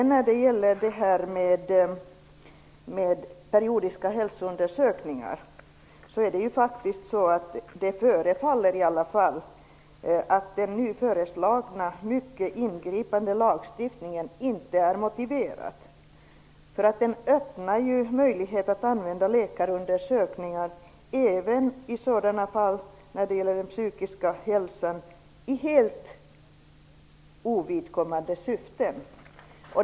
När det gäller periodiska hälsoundersökningar, förefaller den nu föreslagna, mycket ingripande lagstiftningen inte vara motiverad. Den öppnar ju möjlighet att använda läkarundersökningar när det gäller den psykiska hälsan även i helt ovidkommande syfte.